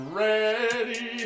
ready